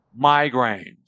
migraines